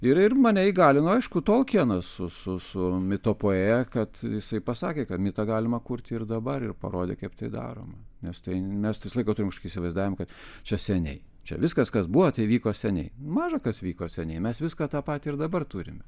ir ir mane įgalino aišku tolkienas su su su mito poe kad jisai pasakė kad mitą galima kurti ir dabar ir parodė kaip tai daroma nes tai mes tai visąlaik turim kažkokį įsivaizdavimą kad čia seniai čia viskas kas buvo tai vyko seniai maža kas vyko seniai mes viską tą patį ir dabar turime